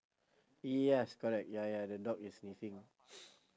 yes correct ya ya the dog is sniffing